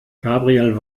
gabriel